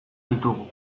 ditugu